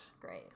Great